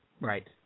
right